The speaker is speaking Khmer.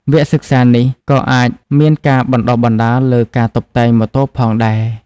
វគ្គសិក្សានេះក៏អាចមានការបណ្តុះបណ្តាលលើការតុបតែងម៉ូតូផងដែរ។